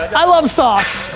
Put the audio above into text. i love sauce.